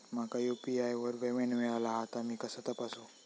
माका यू.पी.आय वर पेमेंट मिळाला हा ता मी कसा तपासू?